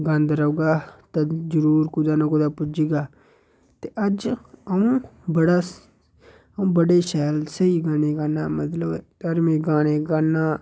गांदे रौह्गा ते जरूर कुतै ना कुतै पुजगा ते अज्ज अ'ऊं बड़ा अ'ऊं बड़े शैल स्हेई गाने गान्नां मतलब धर्मी गाने गान्नां